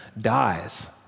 dies